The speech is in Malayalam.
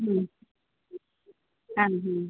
ആ